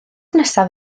nesaf